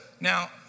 now